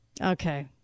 Okay